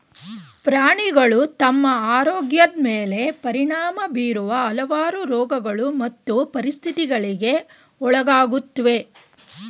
ಪ್ರಾಣಿಗಳು ತಮ್ಮ ಆರೋಗ್ಯದ್ ಮೇಲೆ ಪರಿಣಾಮ ಬೀರುವ ಹಲವಾರು ರೋಗಗಳು ಮತ್ತು ಪರಿಸ್ಥಿತಿಗಳಿಗೆ ಒಳಗಾಗುತ್ವೆ